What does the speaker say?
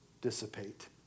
dissipate